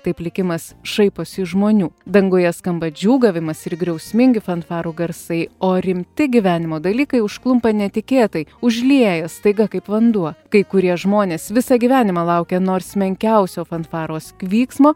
taip likimas šaiposi iš žmonių danguje skamba džiūgavimas ir griausmingi fanfarų garsai o rimti gyvenimo dalykai užklumpa netikėtai užlieja staiga kaip vanduo kai kurie žmonės visą gyvenimą laukia nors menkiausio fanfaros vyksmo